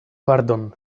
pardon